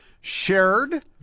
Shared